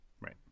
right